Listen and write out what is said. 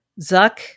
Zuck